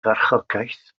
farchogaeth